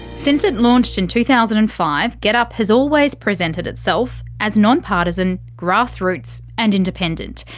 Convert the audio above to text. since it launched in two thousand and five, getup has always presented itself as non-partisan, grassroots and independent.